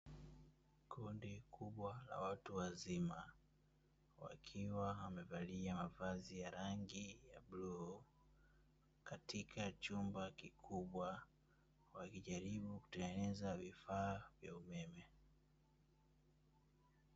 Kundi kubwa la watu wazima wakiwa wamevalia mavazi ya rangi ya bluu katika chumba kikubwa, wakijaribu kutengeneza vifaa vya umeme.